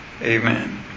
Amen